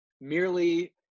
merely